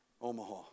Omaha